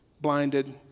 blinded